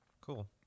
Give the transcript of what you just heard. cool